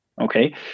okay